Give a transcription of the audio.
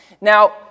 Now